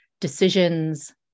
decisions